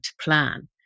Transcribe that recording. plan